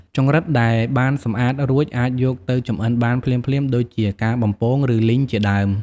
ចង្រិតដែលបានសម្អាតរួចអាចយកទៅចម្អិនបានភ្លាមៗ ដូចជាការ បំពង ឬលីងជាដើម។